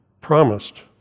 promised